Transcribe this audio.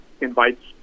invites